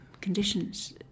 conditions